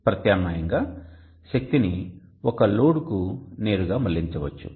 ప్రత్యామ్నాయంగా శక్తిని ఒక లోడ్కు నేరుగా మళ్ళించవచ్చు